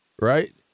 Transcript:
right